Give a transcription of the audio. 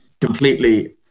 completely